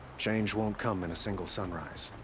change won't come in a single sunrise.